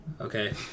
Okay